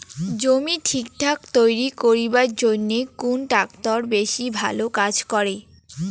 জমি ঠিকঠাক তৈরি করিবার জইন্যে কুন ট্রাক্টর বেশি ভালো কাজ করে?